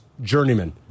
journeyman